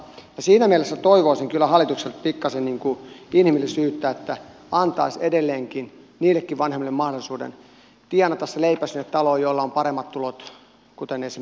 siinä mielessä toivoisin kyllä hallitukselta pikkaisen inhimillisyyttä että se antaisi edelleen niillekin vanhemmille joilla on paremmat tulot mahdollisuuden tienata se leipä sinne taloon